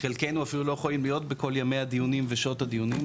חלקנו אפילו לא יכולים להיות בכל חלקי הדיונים ושעות הדיונים.